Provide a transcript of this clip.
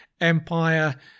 Empire